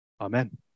Amen